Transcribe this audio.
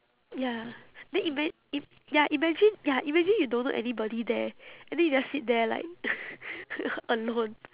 ya then ima~ i~ ya imagine ya imagine you don't know anybody there and then you just sit there like alone